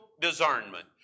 discernment